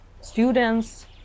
students